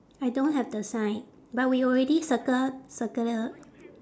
I don't have the sign but we already circle circle the